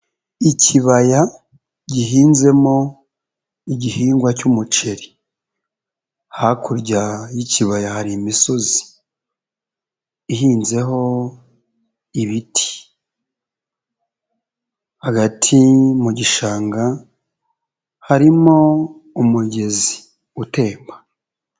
Ikibaya gihinzemo igihingwa cy'umuceri, hakurya y'ikibaya hari imisozi ihinzeho ibiti, hagati mu gishanga harimo umugezi utemba.